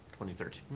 2013